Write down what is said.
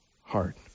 heart